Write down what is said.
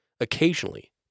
Occasionally